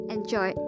Enjoy